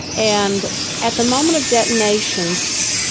and at the moment of detonations,